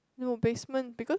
no basement because